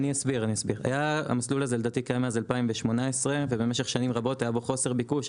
אסביר: המסלול הזה קיים מאז 2018 ובמשך שנים רבות היה חוסר ביקוש,